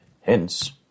Hence